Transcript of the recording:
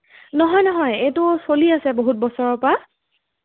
নহয় নহয় এইটো চলি আছে বহুত বছৰৰ পৰা